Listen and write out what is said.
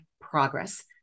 progress